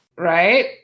Right